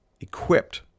equipped